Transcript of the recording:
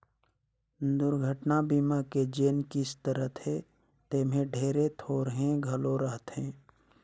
दुरघटना बीमा के जेन किस्त रथे तेम्हे ढेरे थोरहें घलो रहथे